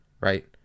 Right